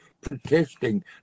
protesting